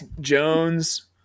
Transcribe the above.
Jones